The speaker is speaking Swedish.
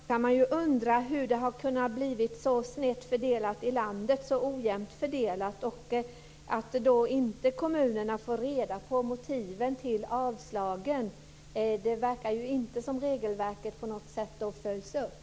Fru talman! Då kan man ju undra hur det har kunnat bli så snett och så ojämnt fördelat i landet. Kommunerna får inte reda på motiven till avslagen. Det verkar inte som om regelverket på något sätt har följts upp.